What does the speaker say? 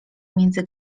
między